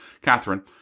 Catherine